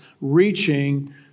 reaching